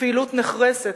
ופעילות נחרצת,